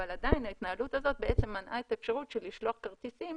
אבל עדיין ההתנהלות הזאת מנעה את האפשרות של לשלוח כרטיסים